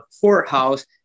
courthouse